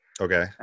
Okay